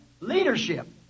leadership